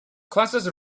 classes